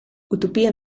utopia